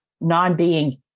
non-being